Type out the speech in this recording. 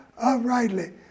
uprightly